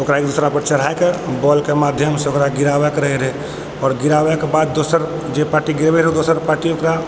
ओकरा एक दोसरापर चढ़ाकऽ बॉलके माध्यमसँ ओकरा गिराबैके रहै रहै आओर गिराबैके बाद दोसर जे पार्टी गिरबै रहै ओ दोसर पार्टी ओकरा